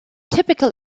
typical